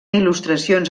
il·lustracions